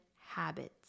habits